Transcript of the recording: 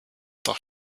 doch